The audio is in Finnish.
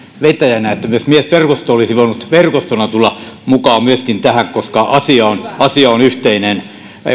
vetäjänä että myös miesverkosto olisi voinut verkostona tulla mukaan tähän koska asia on yhteinen